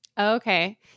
Okay